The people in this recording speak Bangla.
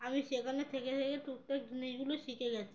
আমি সেখানে থেকে থেকে টুকটাক জিনিসগুলো শিখে গিয়েছি